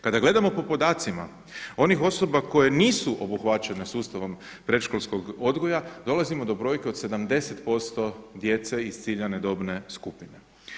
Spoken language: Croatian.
Kada gledamo po podacima onih osoba koje nisu obuhvaćene sustavom predškolskog odgoja dolazimo do brojke od 70% djece iz ciljane dobne skupine.